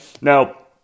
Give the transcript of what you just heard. Now